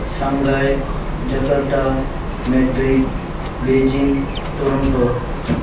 Shanghai Jakarta Madrid Beijing Toronto